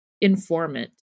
informant